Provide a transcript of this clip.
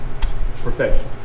perfection